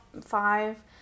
five